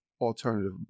alternative